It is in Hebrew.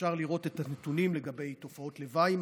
ואפשר לראות את הנתונים על תופעות לוואי,